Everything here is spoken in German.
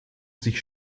sich